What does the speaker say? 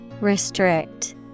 restrict